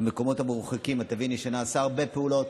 במקומות המרוחקים, את תביני שנעשו הרבה פעולות.